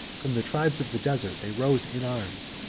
from the tribes of the desert, they rose in arms,